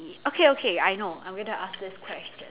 okay okay I know I'm gonna ask this question